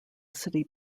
city